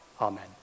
Amen